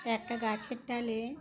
একটা গাছের ডালে